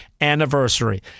anniversary